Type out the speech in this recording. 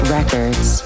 Records